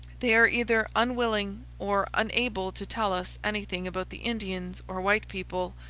they are either unwilling or unable to tell us anything about the indians or white people,